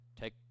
take